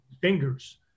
fingers